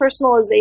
personalization